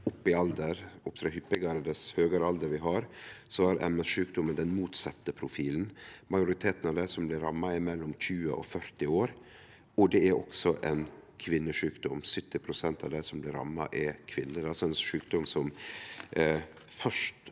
opp i alder, og opptrer hyppigare dess høgare alder ein har, har MS-sjukdomen den motsette profilen. Majoriteten av dei som blir ramma, er mellom 20 og 40 år, og det er også ein kvinnesjuk dom – 70 pst. av dei som blir ramma, er kvinner. Dette er altså ein sjukdom som mest